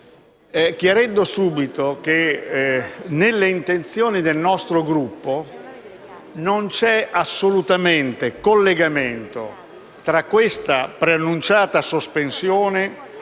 chiarire che nelle intenzioni del nostro Gruppo non c'è assolutamente collegamento tra questa preannunciata sospensione